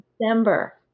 December